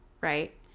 right